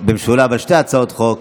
במשולב על שתי הצעות החוק